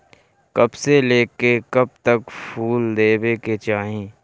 कब से लेके कब तक फुल देवे के चाही?